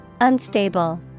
Unstable